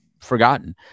forgotten